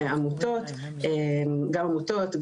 גם עמותות,